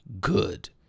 Good